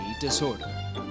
Disorder